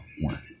one